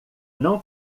não